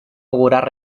augurar